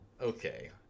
okay